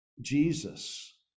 Jesus